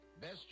Best